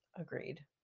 Agreed